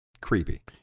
creepy